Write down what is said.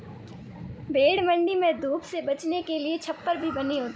भेंड़ मण्डी में धूप से बचने के लिए छप्पर भी बनी होती है